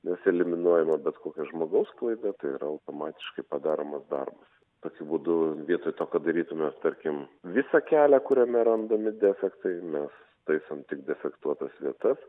nes eliminuojama bet kokia žmogaus klaida yra automatiškai padaromas darbas tokiu būdu vietoj to kad darytume tarkim visą kelią kuriame randami defektai mes taisom tik defektuotas vietas